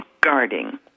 guarding